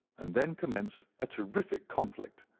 and then commenced a terrific conflict.